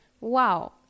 wow